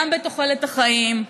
גם בתוחלת החיים,